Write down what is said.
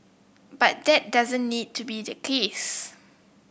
but that doesn't need to be the case